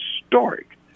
historic